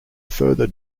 further